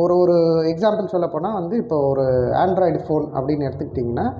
ஒரு ஒரு எக்ஸாம்பிள் சொல்லப் போனால் வந்து இப்போ ஒரு ஆண்ட்ராய்டு ஃபோன் அப்படின்னு எடுத்துக்கிட்டீங்கன்னால்